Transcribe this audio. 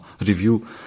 review